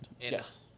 Yes